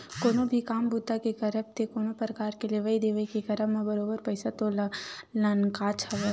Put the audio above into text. कोनो भी काम बूता के करब ते कोनो परकार के लेवइ देवइ के करब म बरोबर पइसा तो लगनाच हवय